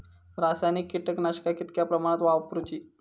रासायनिक कीटकनाशका कितक्या प्रमाणात वापरूची?